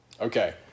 Okay